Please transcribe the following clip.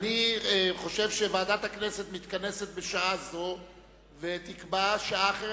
אני חושב שוועדת הכנסת מתכנסת בשעה זו ותקבע שעה אחרת,